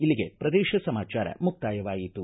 ಇಲ್ಲಿಗೆ ಪ್ರದೇಶ ಸಮಾಚಾರ ಮುಕ್ತಾಯವಾಯಿತು